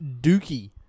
dookie